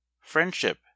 Friendship